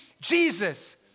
Jesus